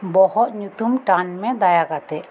ᱵᱚᱦᱚᱜ ᱧᱩᱛᱩᱢ ᱴᱟᱱ ᱢᱮ ᱫᱟᱭᱟ ᱠᱟᱛᱮᱫ